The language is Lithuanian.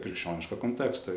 krikščionišką kontekstą